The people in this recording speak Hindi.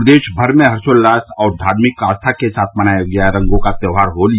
प्रदेश भर में हर्षोल्लास और धार्मिक आस्था के साथ मनाया गया रंगों का त्योंहार होली